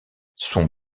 son